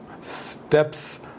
steps